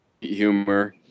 humor